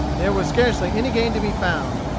there was scarcely any game to be found.